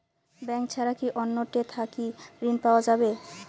Bank ছাড়া কি অন্য টে থাকি ঋণ পাওয়া যাবে?